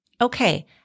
okay